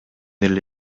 эле